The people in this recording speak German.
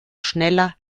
schneller